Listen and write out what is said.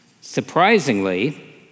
surprisingly